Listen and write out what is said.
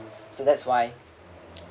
so that's why